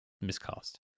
miscast